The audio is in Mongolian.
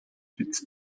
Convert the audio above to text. биз